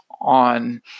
on